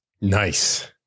Nice